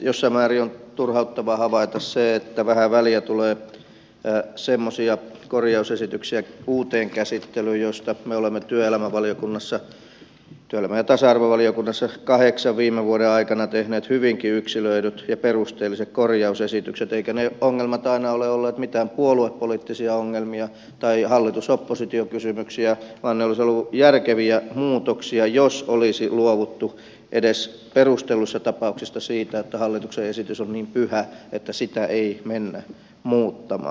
jossain määrin on turhauttavaa havaita se että vähän väliä tulee semmoisia korjausesityksiä uuteen käsittelyyn joista me olemme työelämä ja tasa arvovaliokunnassa kahdeksan viime vuoden aikana tehneet hyvinkin yksilöidyt ja perusteelliset korjausesitykset eivätkä ne ongelmat aina ole olleet mitään puoluepoliittisia ongelmia tai hallitusoppositio kysymyksiä vaan ne olisivat olleet järkeviä muutoksia jos olisi luovuttu edes perustelluissa tapauksissa siitä että hallituksen esitys on niin pyhä että sitä ei mennä muuttamaan